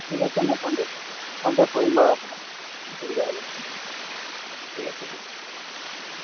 ঠিক আছে মই কণ্টেক্ট কণ্টেক্ট কৰিম বাৰু আপোনাক অসুবিধা হ'লে মানে ঠিক আছে দিয়ক